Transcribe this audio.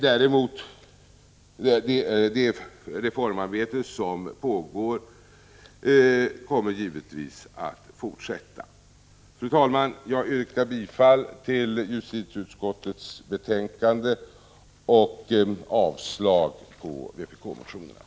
Det reformarbete som pågår kommer givetvis att fortsätta. Fru talman! Jag yrkar bifall till justitieutskottets hemställan och sålunda avslag på vpk-motionerna.